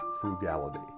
frugality